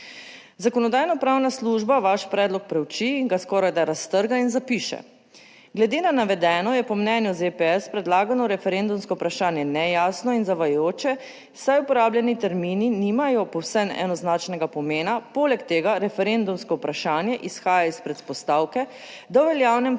Zakonodajno-pravna služba vaš predlog preuči, ga skorajda raztrga in zapiše: "Glede na navedeno je po mnenju ZPS predlagano referendumsko vprašanje 89. TRAK: (SB) – 17.10 (Nadaljevanje) nejasno in zavajajoče, saj uporabljeni termini nimajo povsem enoznačnega pomena. Poleg tega referendumsko vprašanje izhaja iz predpostavke, da v veljavnem pravnem